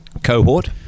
Cohort